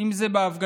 אם זה בהפגנות